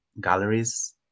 galleries